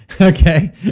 Okay